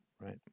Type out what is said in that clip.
right